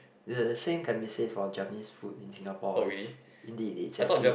the same can be said for Japanese food in Singapore it's indeed it's actually